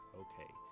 okay